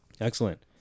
Excellent